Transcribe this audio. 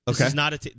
Okay